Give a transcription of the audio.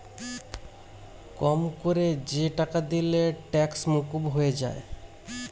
কম কোরে যে টাকা দিলে ট্যাক্স মুকুব হয়ে যায়